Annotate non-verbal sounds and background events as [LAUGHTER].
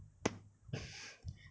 [NOISE] [BREATH]